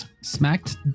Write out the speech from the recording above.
smacked